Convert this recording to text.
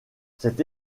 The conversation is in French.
cette